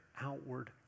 outward